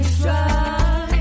try